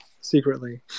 secretly